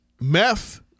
Meth